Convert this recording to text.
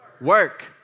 work